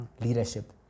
leadership